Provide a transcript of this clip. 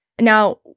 Now